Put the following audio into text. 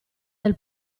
del